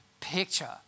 picture